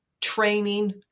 training